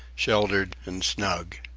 sheltered and snug.